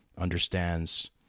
understands